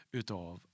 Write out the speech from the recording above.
utav